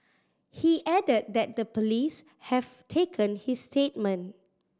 he added that the police have taken his statement